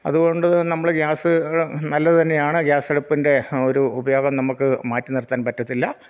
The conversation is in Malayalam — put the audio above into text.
അതുകൊണ്ട് നമ്മൾ ഗ്യാസ് നല്ലത് തന്നെയാണ് ഗ്യാസ് അടുപ്പിൻ്റെ ഒരു ഉപയോഗം നമുക്ക് മാറ്റി നിർത്താൻ പറ്റത്തില്ല